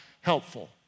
helpful